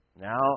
Now